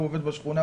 הוא עובד בשכונה.